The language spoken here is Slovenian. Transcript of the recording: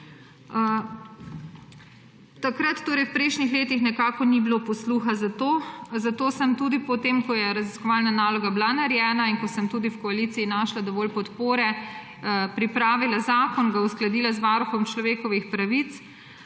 dohodnina. V prejšnjih letih nekako ni bilo posluha za to. Zato sem tudi potem, ko je raziskovalna naloga bila narejena in ko sem tudi v koaliciji našla dovolj podpore, pripravila zakon, ga uskladila z Varuhom človekovih pravic